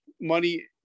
money